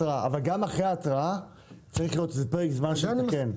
אחרי ההתראה צריך להיות איזה פרק זמן שהוא יתקן,